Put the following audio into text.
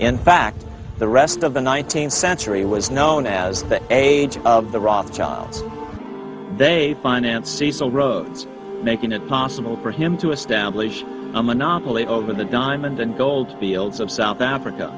in fact the rest of the nineteenth century was known as the age of the rothschilds they financed cecil rhodes making it possible for him to establish a monopoly over the diamond and gold fields of south africa